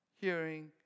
Hearing